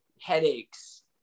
headaches